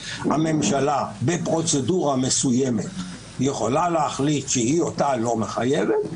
שהממשלה בפרוצדורה מסוימת יכולה להחליט שהיא אותה לא מחייבת.